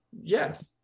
Yes